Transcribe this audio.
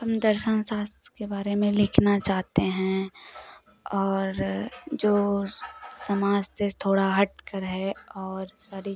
हम दर्शन शास्त्र के बारे में लिखना चाहते हैं और जो समाज से थोड़ा हटकर है और सारी